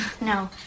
No